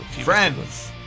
Friends